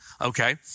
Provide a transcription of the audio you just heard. okay